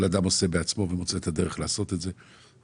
כל אדם מוצא את הדרך לעשות בעצמו את תיאום המס.